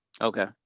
Okay